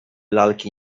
lalki